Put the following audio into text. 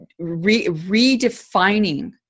redefining